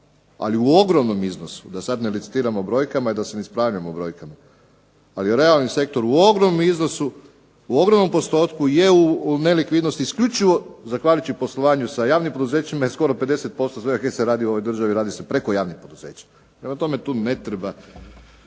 ali u ogromnom iznosu da sad ne licitiramo brojkama i da se ne ispravljamo brojkama. Ali realni sektor u ogromnom iznosu, u ogromnom postotku je u nelikvidnosti isključivo zahvaljujući poslovanju sa javnim poduzećima i skoro 50% .../Govornik se ne razumije./... radi u ovoj državi radi se preko javnih poduzeća. Prema tome, tu ne treba